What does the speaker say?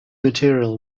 material